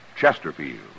Chesterfield